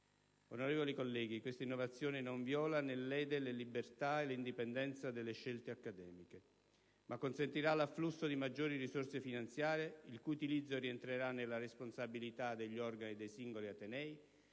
Onorevoli colleghi, questa innovazione non viola né lede la libertà e l'indipendenza delle scelte accademiche, ma consentirà l'afflusso di maggiori risorse finanziarie il cui utilizzo rientrerà nella responsabilità degli organi dei singoli atenei